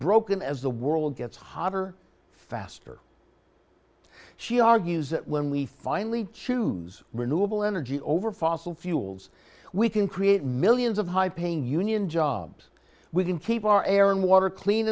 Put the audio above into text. broken as the world gets hotter faster she argues that when we finally choose renewable energy over fossil fuels we can create millions of high paying union jobs we can keep our air and water clean